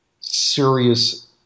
serious